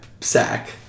sack